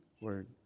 word